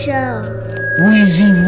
Weezy